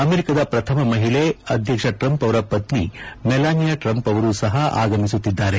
ಅಮೆರಿಕದ ಪ್ರಥಮ ಮಹಿಳೆ ಅಧ್ಯಕ್ಷ ಟ್ರಂಪ್ ಅವರ ಪತ್ನಿ ಮೆಲಾನಿಯಾ ಟ್ರಂಪ್ ಅವರೂ ಸಪ ಆಗಮಿಸುತ್ತಿದ್ದಾರೆ